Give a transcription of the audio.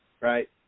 right